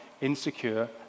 insecure